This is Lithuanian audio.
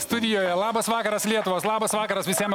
studijoje labas vakaras lietuvos labas vakaras visiems